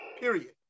period